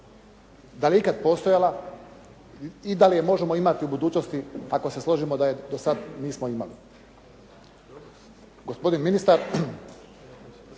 da li je ikada postojala i da li je možemo imati u budućnosti ako se složimo da je do sada nismo imali? Gospodin ministar